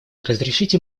разрешите